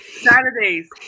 saturdays